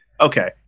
okay